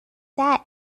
that